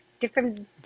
different